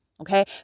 Okay